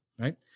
right